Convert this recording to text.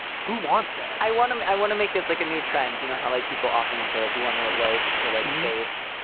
who wants it? i want to. i want to make this like a new trend. you know how like people often will say, like, we want to elope to, like, save.